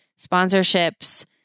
sponsorships